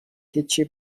هیچی